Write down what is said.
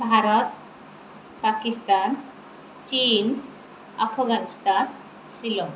ଭାରତ ପାକିସ୍ତାନ ଚୀନ ଆଫଗାନିସ୍ତାନ ଶ୍ରୀଲଙ୍କା